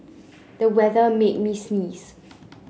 the weather made me sneeze